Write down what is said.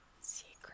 Secret